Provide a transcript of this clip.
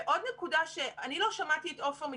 ועוד נקודה שאני לא שמעתי את עופר מתייחס,